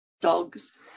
dogs